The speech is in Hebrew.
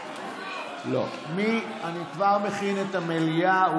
אני כבר מכין את המליאה,